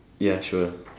ya sure